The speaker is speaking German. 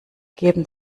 geben